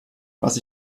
was